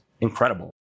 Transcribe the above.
incredible